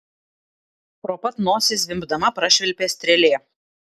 pro pat nosį zvimbdama prašvilpė strėlė